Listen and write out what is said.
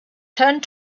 turned